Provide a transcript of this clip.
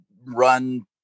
run